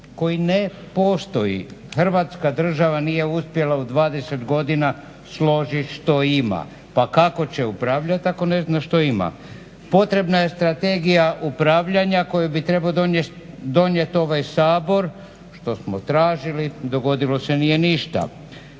koji ne postoji, Hrvatska država nije uspjela u 20 godina složit što ima, pa kako će upravljat ako ne zna što ima. Potrebna je strategija upravljanja koju bi trebao donijeti Sabor što smo tražili, dogodilo se nije ništa.